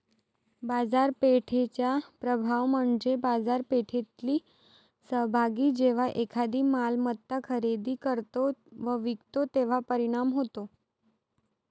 बाजारपेठेचा प्रभाव म्हणजे बाजारपेठेतील सहभागी जेव्हा एखादी मालमत्ता खरेदी करतो व विकतो तेव्हा परिणाम होतो